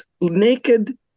naked